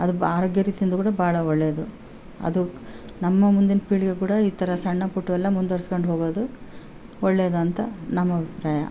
ಅದು ಆರೋಗ್ಯ ರೀತಿಯಿಂದ ಕೂಡ ಭಾಳ ಒಳ್ಳೆಯದು ಅದು ನಮ್ಮ ಮುಂದಿನ ಪೀಳಿಗೆಗೆ ಕೂಡ ಈ ಥರ ಸಣ್ಣ ಪುಟ್ಟವೆಲ್ಲ ಮುಂದ್ವರಿಸ್ಕೊಂಡು ಹೋಗೋದು ಒಳ್ಳೆದಂತ ನಮ್ಮ ಅಭಿಪ್ರಾಯ